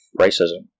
racism